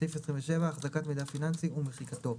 החזקת מידע פיננסי ומחיקתו.